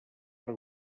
per